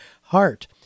heart